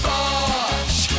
Bosh